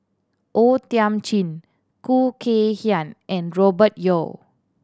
O Thiam Chin Khoo Kay Hian and Robert Yeo